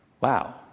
Wow